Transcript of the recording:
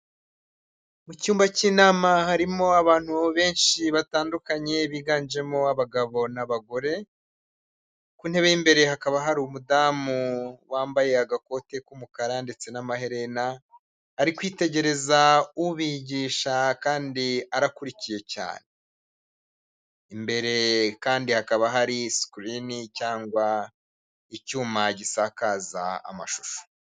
Mu cyumba cy'inama harimo abantu benshi batandukanye biganjemo abagabo n'abagore. Ku ntebe y'imbere hakaba hari umudamu wambaye agakote k'umukara ndetse n'amaherena ari kwitegereza ubigisha kandi arakurikiye cyane imbere kandi hakaba hari screen cyangwa icyuma gisakaza amashusho.